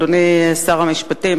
אדוני שר המשפטים,